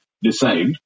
decide